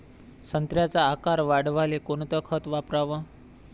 संत्र्याचा आकार वाढवाले कोणतं खत वापराव?